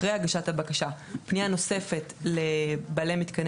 אחרי הגשת הבקשה פנייה נוספת לבעלי מתקני